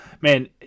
man